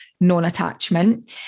non-attachment